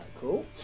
Cool